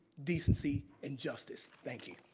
decency, and justice. thank you.